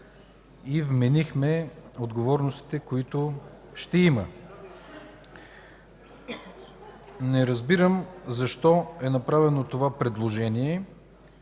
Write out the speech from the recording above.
и вменихме отговорностите, които ще има. Не разбирам защо е направено това предложение